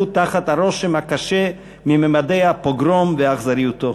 תחת הרושם הקשה מממדי הפוגרום ואכזריותו.